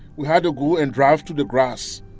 we had to go and drive through the grass.